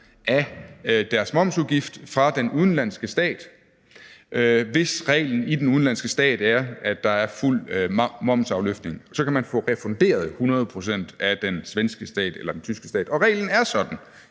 af deres momsudgift fra den udenlandske stat, hvis reglen i den udenlandske stat er, at der er fuld momsafløftning. Så kan man få refunderet 100 pct. af den svenske stat eller den tyske stat, for reglen er sådan